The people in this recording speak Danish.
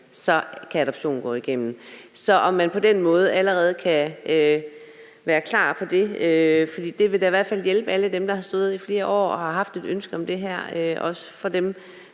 så kan adoptionen gå igennem. Så spørgsmålet er, om man på den måde allerede kan være klar på det, for det vil da i hvert fald hjælpe alle dem, der har stået i flere år og har haft et ønske om det her, også dem,